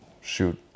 shoot